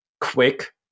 quick